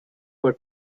for